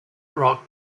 rock